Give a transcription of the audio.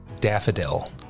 daffodil